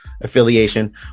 affiliation